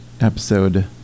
episode